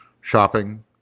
shopping